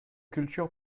culture